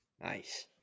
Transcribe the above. nice